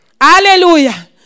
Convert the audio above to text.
Hallelujah